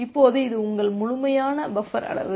இப்போது இது உங்கள் முழுமையான பஃபர் அளவு